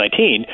2019